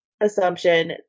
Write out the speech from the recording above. assumption